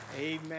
Amen